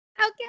Okay